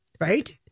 Right